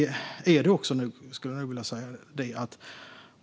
Det är viktigt.